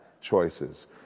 choices